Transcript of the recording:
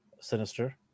Sinister